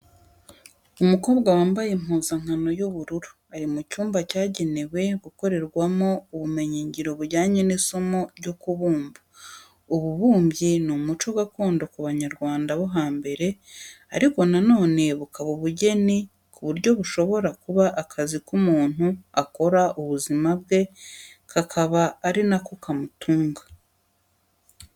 Umukobwa wambaye impuzankano y'ubururu, ari mu cyumba cyagenewe gukorerwamo ubumenyingiro bujyanye n'isomo ryo kubumba. Ububumbyi ni umuco gakondo ku banyarwanda bo hambere ariko na none bukaba ubugeni ku buryo bushobora kuba akazi k'umuntu akora ubuzima bwe kakaba ari nako kamutunga.